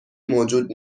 موجود